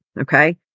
okay